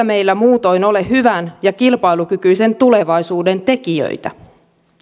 meillä muutoin ole hyvän ja kilpailukykyisen tulevaisuuden tekijöitä